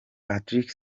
patrick